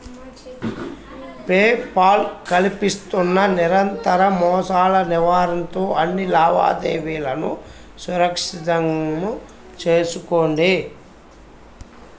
pay Paul కల్పిస్తున్న నిరంతర మోసాల నివారణతో అన్ని లావాదేవీలను సురక్షితం చేసుకోండి